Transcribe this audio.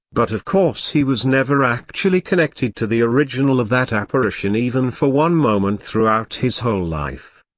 but of course he was never actually connected to the original of that apparition even for one moment throughout his whole life.